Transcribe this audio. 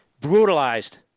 brutalized